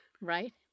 Right